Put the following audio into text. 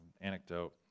anecdote